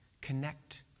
connect